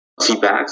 feedbacks